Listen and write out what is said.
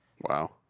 Wow